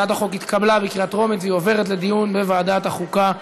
הצעת החוק התקבלה בקריאה טרומית והיא מועברת לדיון בוועדת החוקה,